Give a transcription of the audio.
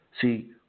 See